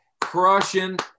crushing